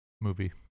movie